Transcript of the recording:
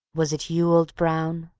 was it you, old brown,